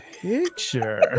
picture